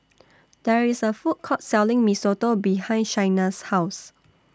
There IS A Food Court Selling Mee Soto behind Shaina's House